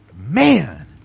Man